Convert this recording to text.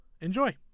enjoy